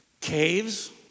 caves